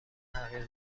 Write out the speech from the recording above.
تغییر